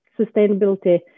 sustainability